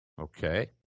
Okay